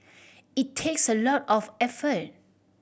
it takes a lot of effort